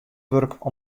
wurk